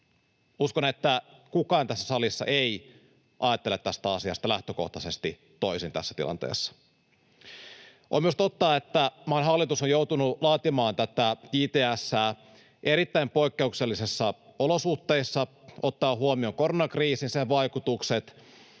Uskon, että kukaan tässä salissa ei ajattele tästä asiasta lähtökohtaisesti toisin tässä tilanteessa. On myös totta, että maan hallitus on joutunut laatimaan tätä JTS:ää erittäin poikkeuksellisissa olosuhteissa ottaen huomioon koronakriisin vaikutukset